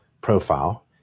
profile